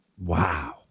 Wow